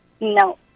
No